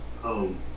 home